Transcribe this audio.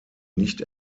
nicht